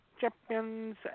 Champions